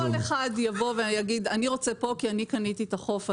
שלא כל אחד יבוא ויגיד "אני רוצה פה כי אני קניתי את החוף הזה".